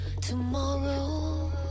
tomorrow